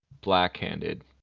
black-handed